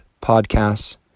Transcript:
podcasts